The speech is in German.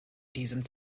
diesem